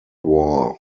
war